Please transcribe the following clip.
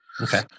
Okay